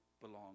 belong